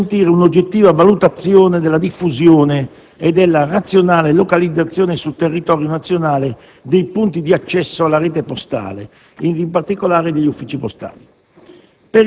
a consentire una oggettiva valutazione della diffusione e della razionale localizzazione sul territorio nazionale dei punti di accesso alla rete postale e, in particolare, degli uffici postali.